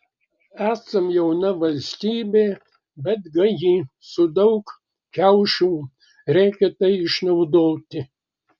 esam jauna valstybė bet gaji su daug kiaušų reikia tai išnaudoti